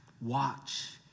Watch